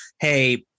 Hey